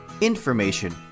information